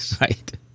Right